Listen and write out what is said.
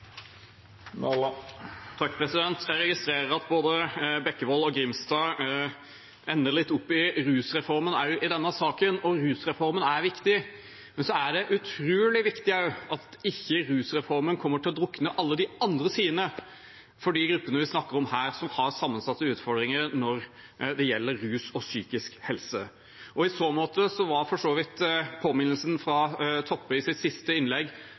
Jeg registrerer at både Bekkevold og Grimstad ender litt opp i rusreformen også i denne saken. Rusreformen er viktig, men det er også utrolig viktig at ikke rusreformen kommer til å drukne alle de andre sidene for de gruppene vi snakker om her, som har sammensatte utfordringer når det gjelder rus og psykisk helse. I så måte var for så vidt påminnelsen fra Toppe i hennes siste innlegg